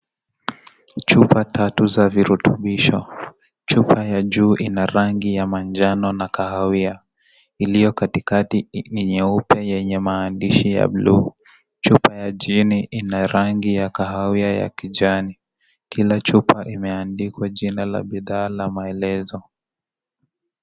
Chupa tatu za virutubisho , chupa ya juu ina rangi ya manjano na kahawia , iliyo katikati ni nyeupe yenye maandishi ya bluu , chupa ya chini ina rangi ya kahawia ya kijani kila chupa imeandikwa jina ya bidhaa na maelezo.